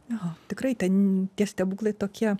jo tikrai ten tie stebuklai tokie